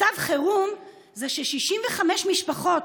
מצב חירום זה ש-65 משפחות,